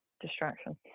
distraction